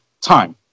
time